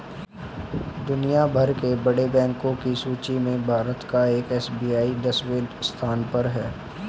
दुनिया भर के बड़े बैंको की सूची में भारत का एस.बी.आई दसवें स्थान पर है